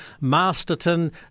Masterton